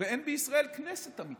ואין בישראל כנסת אמיתית,